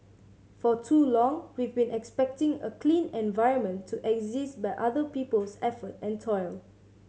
for too long we've been expecting a clean environment to exist by other people's effort and toil